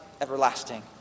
everlasting